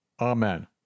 Amen